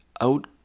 out